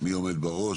מי עומד בראש.